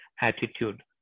attitude